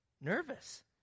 nervous